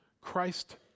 Christ